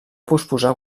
posposar